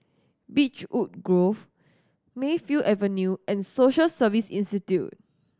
Beechwood Grove Mayfield Avenue and Social Service Institute